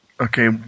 Okay